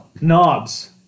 knobs